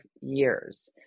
years